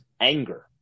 anger